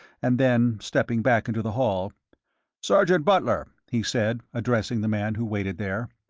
and then, stepping back into the hall sergeant butler, he said, addressing the man who waited there.